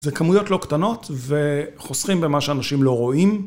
זה כמויות לא קטנות וחוסכים במה שאנשים לא רואים.